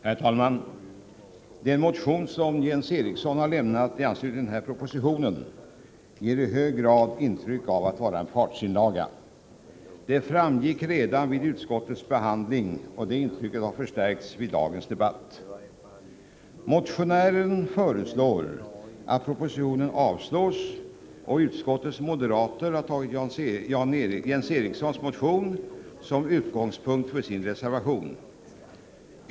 Herr talman! Den motion som Jens Eriksson har avlämnat i anslutning till proposition 94 ger i hög grad intryck av att vara en partsinlaga. Det framgick redan vid utskottets behandling, och detta intryck har förstärkts vid dagens debatt. Motionären föreslår att propositionen avslås, och utskottets moderater har tagit Jens Erikssons motion som utgångspunkt för sin reservation.